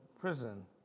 prison